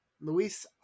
Luis